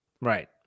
Right